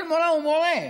כל מורה ומורה,